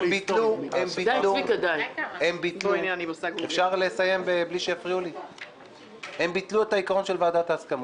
הם ביטלו את העיקרון של ועדת ההסכמות,